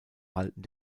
halten